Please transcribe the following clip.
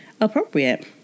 appropriate